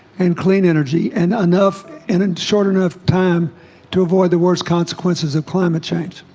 and clean energy and enough and it's short enough time to avoid the worst consequences of climate change,